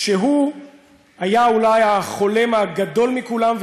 שהיה אולי החולם הגדול מכולם,